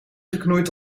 geknoeid